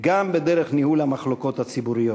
גם בדרך ניהול המחלוקות הציבוריות.